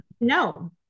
No